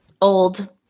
Old